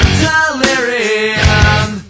delirium